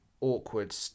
awkward